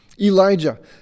Elijah